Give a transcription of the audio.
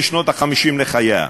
בשנות ה-50 לחייה.